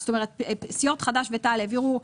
זאת אומרת סיעות חד"ש ותע"ל העבירו,